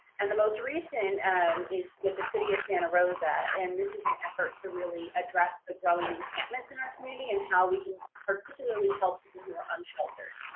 and the most recent is with the city of santa rosa. and this is an effort to really address the growing encampments in our community and how we can particularly help people who are unsheltered.